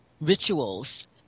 rituals